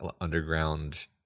underground